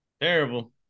terrible